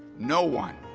no one,